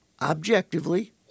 objectively